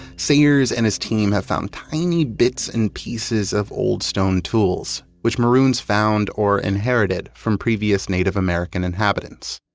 sayers and his team have found tiny bits and pieces of old stone tools, which maroons found or inherited from previous native american inhabitants.